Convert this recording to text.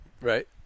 right